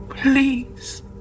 Please